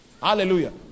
Hallelujah